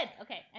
Okay